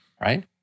right